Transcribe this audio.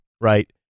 right